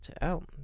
out